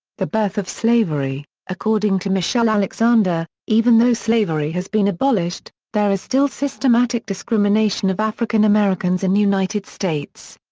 the birth of slavery according to michele alexander, even though slavery has been abolished, there is still systematic discrimination of african americans in united states.